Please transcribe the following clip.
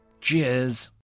cheers